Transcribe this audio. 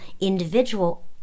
individual